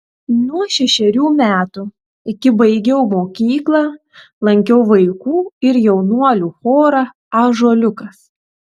nuo šešerių metų iki baigiau mokyklą lankiau vaikų ir jaunuolių chorą ąžuoliukas